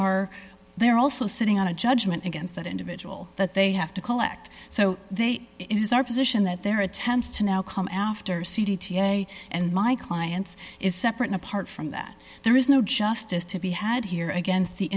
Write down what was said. are they're also sitting on a judgment against that individual that they have to collect so they it is our position that their attempts to now come after c t a and my clients is separate and apart from that there is no justice to be had here against the